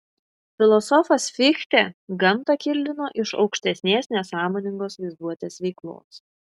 filosofas fichtė gamtą kildino iš aukštesnės nesąmoningos vaizduotės veiklos